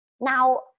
Now